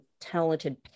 talented